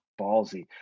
ballsy